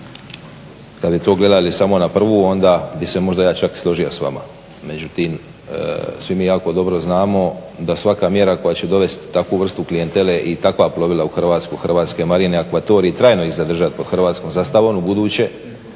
Kada bi to gledali samo na prvu onda bih se ja možda čak i složio s vama, međutim svi mi jako dobro znamo da svaka mjera koja će dovesti takvu vrstu klijentele i takva plovila u Hrvatsku, hrvatske marine, akvatorij trajno ih zadržati pod hrvatskom zastavom ubuduće